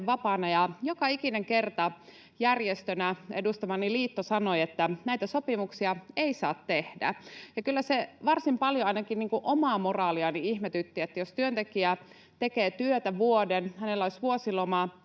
joka ikinen kerta järjestönä edustamani liitto sanoi, että näitä sopimuksia ei saa tehdä. Kyllä se varsin paljon ainakin omaa moraaliani ihmetytti, että jos työntekijä tekee työtä vuoden, hänellä olisi vuosiloma